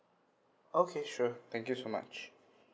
okay sure thank you so much